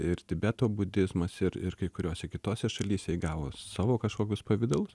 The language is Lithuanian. ir tibeto budizmas ir ir kai kuriose kitose šalyse įgavo savo kažkokius pavidalus